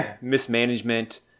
mismanagement